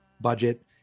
budget